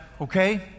okay